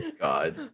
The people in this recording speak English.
God